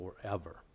forever